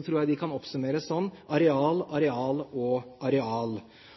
tror jeg de kan oppsummeres slik: areal, areal og areal. Dette er et ansvar kommunen må ta. Jeg